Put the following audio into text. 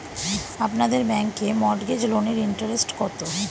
আপনাদের ব্যাংকে মর্টগেজ লোনের ইন্টারেস্ট কত?